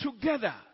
together